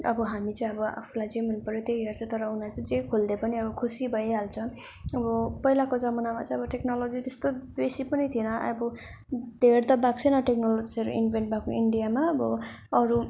अब हामी चाहिँ अब आफूलाई जे मनपऱ्यो त्यही हेर्छ तर उनीहरू चाहिँ जे खोलिदियो पनि अब खुसी भइहाल्छ अब पहिलाको जमानामा चाहिँ अब टेक्नोलोजी त्यस्तो बेसी पनि थेन आबो धेर त भाक्सैन टेक्नलोजी एसरी इन्भेन्ट भाको इन्डियामा आबो अरू